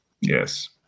yes